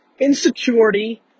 insecurity